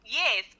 yes